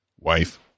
Wife